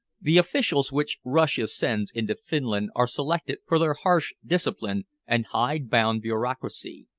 the officials which russia sends into finland are selected for their harsh discipline and hide-bound bureaucracy,